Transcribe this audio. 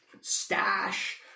stash